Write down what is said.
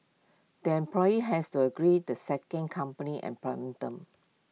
the employee has to agree the second company's employment terms